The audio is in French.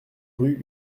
rue